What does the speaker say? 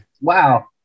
wow